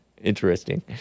Interesting